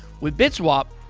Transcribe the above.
with bitswap,